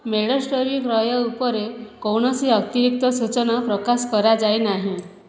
MedStory କ୍ରୟ ଉପରେ କୌଣସି ଅତିରିକ୍ତ ସୂଚନା ପ୍ରକାଶ କରାଯାଇ ନାହିଁ